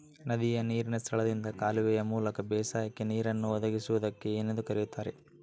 ನದಿಯ ನೇರಿನ ಸ್ಥಳದಿಂದ ಕಾಲುವೆಯ ಮೂಲಕ ಬೇಸಾಯಕ್ಕೆ ನೇರನ್ನು ಒದಗಿಸುವುದಕ್ಕೆ ಏನೆಂದು ಕರೆಯುತ್ತಾರೆ?